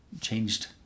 changed